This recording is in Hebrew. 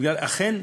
אלא כי אכן,